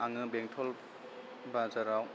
आङो बेंथल बाजाराव